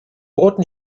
roten